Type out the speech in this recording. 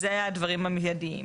אלה היו הדברים המיידיים.